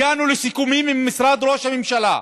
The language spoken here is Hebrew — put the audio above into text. הגענו לסיכומים עם משרד ראש הממשלה,